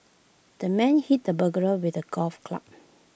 the man hit the burglar with A golf club